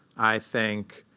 i think,